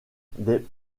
des